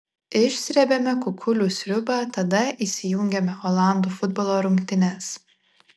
išsrebiame kukulių sriubą tada įsijungiame olandų futbolo rungtynes